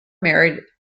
married